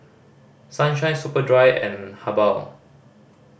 Sunshine Superdry and Habhal